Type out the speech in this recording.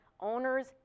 owners